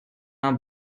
are